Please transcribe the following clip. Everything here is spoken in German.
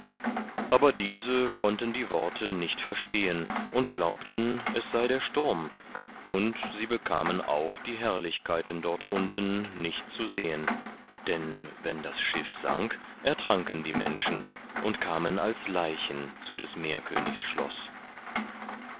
aber diese konnten die worte nicht verstehen und glaubten es sei der sturm und sie bekamen auch die herrlichkeiten dort unten nicht zu sehen denn wenn das schiff sank ertranken die menschen und kamen als leichen zu des meerkönigs schloß